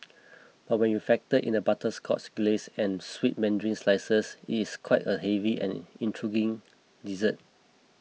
but when you factor in the butterscotch glace and sweet mandarin slices it is quite a heavy and intriguing dessert